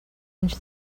into